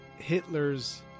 Hitler's